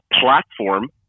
platform